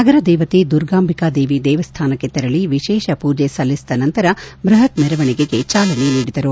ನಗರದೇವತೆ ದುರ್ಗಾಂಬಿಕಾದೇವಿ ದೇವಸ್ವಾನಕ್ಕೆ ತೆರಳಿ ವಿಶೇಷ ಪೂಜೆ ಸಲ್ಲಿಸಿದ ನಂತರ ಬೃಹತ್ ಮೆರವಣಿಗೆಗೆ ಚಾಲನೆ ನೀಡಿದರು